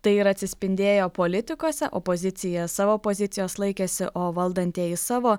tai ir atsispindėjo politikuose opozicija savo pozicijos laikėsi o valdantieji savo